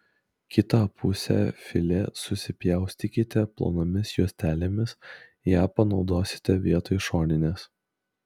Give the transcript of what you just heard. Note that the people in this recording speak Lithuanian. kitą pusę filė susipjaustykite plonomis juostelėmis ją panaudosite vietoj šoninės